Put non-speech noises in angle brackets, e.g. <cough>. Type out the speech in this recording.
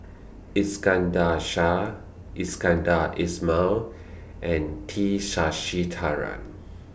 Iskandar Shah Iskandar Ismail and T <unintelligible>